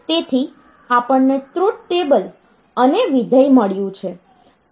તેથી આપણ ને ટ્રુથ ટેબલ અને વિધેય મળ્યું છે